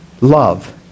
Love